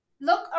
Look